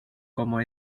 como